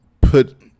put